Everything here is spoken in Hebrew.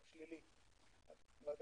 מה היה